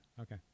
Okay